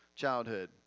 childhood